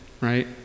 right